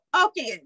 okay